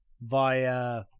via